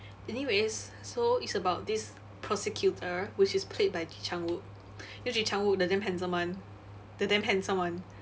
anyways so it's about this prosecutor which is played by ji chang wook you know ji chang wook the damn handsome one the damn handsome one